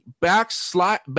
backslide